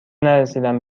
نرسیدم